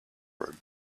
room